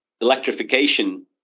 electrification